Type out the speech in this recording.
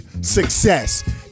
success